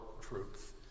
truth